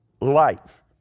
life